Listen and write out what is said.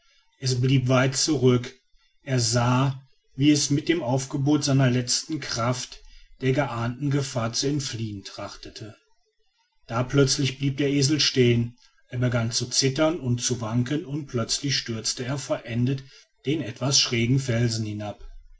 es blieb weit zurück er sah wie es mit dem aufgebot seiner letzten kräfte der geahnten gefahr zu entfliehen trachtete da plötzlich blieb der esel stehen er begann zu zittern und zu wanken und plötzlich stürzte er verendet den etwas schrägen felsen hinab